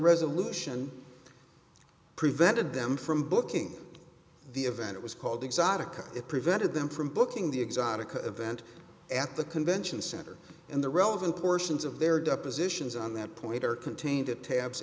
resolution prevented them from booking the event it was called exotica it prevented them from booking the exotica event at the convention center and the relevant portions of their depositions on that point are contained to tabs